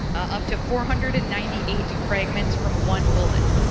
up to four hundred and ninety eight fragments from one bullet.